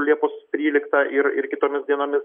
liepos tryliktą ir ir kitomis dienomis